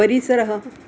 परिसरः